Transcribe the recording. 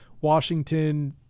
Washington